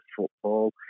football